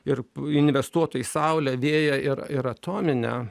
ir investuotų į saulę vėją ir ir atominę